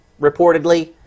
reportedly